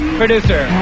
producer